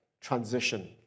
transition